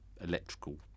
electrical